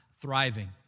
thriving